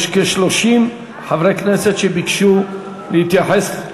כ-30 חברי כנסת ביקשו להתייחס.